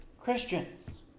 Christians